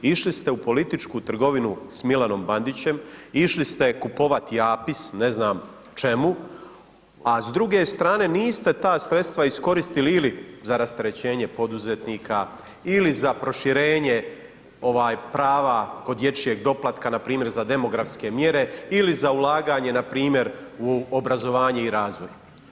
Išli ste u političku trgovinu s Milanom Bandićem, išli ste kupovati APIS, ne znam čemu, a s druge strane niste ta sredstva iskoristili ili za rasterećenje poduzetnika ili za proširenje prava kod dječjeg doplatka, npr. za demografske mjere ili za ulaganje, npr. u obrazovanje i razvoj.